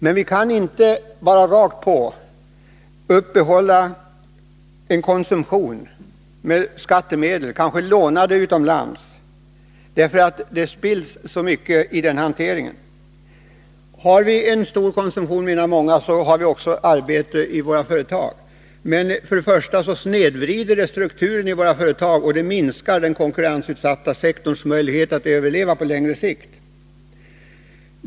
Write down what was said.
Men vi kan inte utan vidare för sysselsättningens skull upprätthålla konsumtion med skattemedel eller med pengar som vi lånar utomlands, för det är så mycket i den hanteringen som förspills. Många menar att om vi har en stor konsumtion, så får vi också arbete i våra företag. Men att upprätthålla konsumtionen på det sätt jag nu berört snedvrider strukturen i företagen, och det minskar den konkurrensutsatta sektorns möjligheter att överleva i det långa loppet.